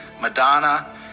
Madonna